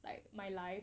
like my life